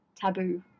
taboo